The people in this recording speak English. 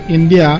India